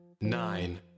Nine